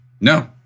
No